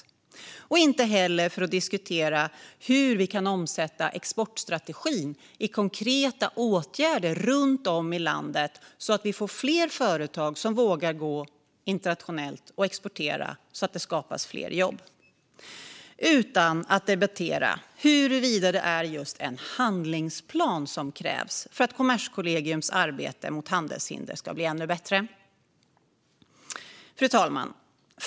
Vi ska inte heller diskutera hur vi kan omsätta exportstrategin i konkreta åtgärder runt om i landet så att vi får fler företag som vågar gå ut internationellt och exportera så att det skapas jobb. I stället står vi här för att debattera huruvida det är just en handlingsplan som krävs för att Kommerskollegiums arbete mot handelshinder ska bli ännu bättre. Fru talman!